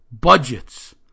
Budgets